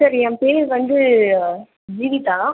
sir என் பேர் வந்து ஜீவிதா